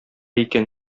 икән